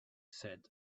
said